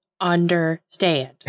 understand